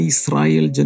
Israel